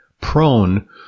prone